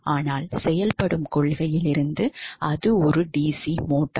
ஆனால் செயல்படும் கொள்கையிலிருந்து அது ஒரு டிசி மோட்டார்